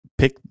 Pick